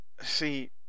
See